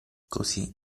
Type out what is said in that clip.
così